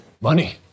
Money